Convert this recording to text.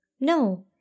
No